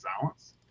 silence